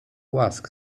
łask